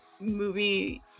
movie